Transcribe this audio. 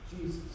Jesus